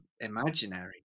imaginary